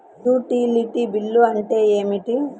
Utility bill అంటే ఏమిటి?